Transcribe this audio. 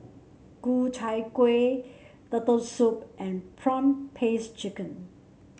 Ku Chai Kueh Turtle Soup and prawn paste chicken